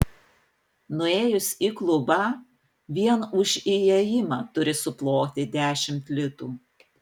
nuėjus į klubą vien už įėjimą turi suploti dešimt litų